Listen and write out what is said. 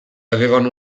avevano